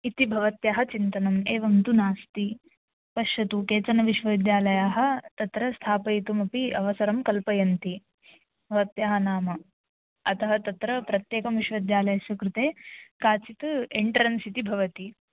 इति भवत्याः चिन्तनम् एवं तु नास्ति पश्यतु केचन विश्वविद्यालयाः तत्र स्थापयितुमपि अवसरं कल्पयन्ति भवत्याः नाम अतः तत्र प्रत्येकं विश्वविद्यालयस्य कृते काचित् एन्ट्रन्स् इति भवति